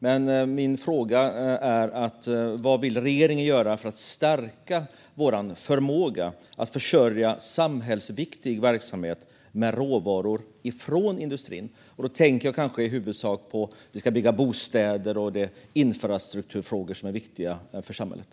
Men min fråga är vad regeringen vill göra för att stärka vår förmåga att försörja samhällsviktig verksamhet med råvaror från industrin. Jag tänker i huvudsak på att vi ska bygga bostäder och på infrastrukturfrågor som är viktiga för samhället.